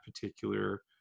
particular